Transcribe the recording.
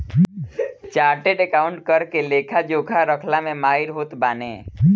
chartered accountant कर के लेखा जोखा रखला में माहिर होत बाने